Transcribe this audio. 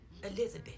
Elizabeth